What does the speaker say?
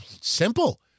simple